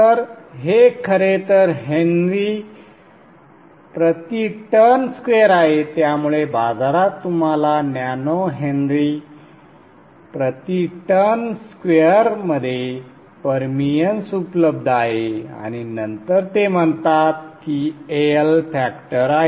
तर हे खरेतर हेन्री प्रति टर्न स्क्वेअर आहे त्यामुळे बाजारात तुम्हाला नॅनो हेन्री प्रति टर्न स्क्वेअरमध्ये परमिअन्स उपलब्ध आहे आणि नंतर ते म्हणतात की AL फॅक्टर आहे